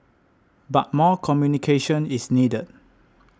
but more communication is needed